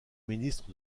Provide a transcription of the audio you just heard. ministre